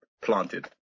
planted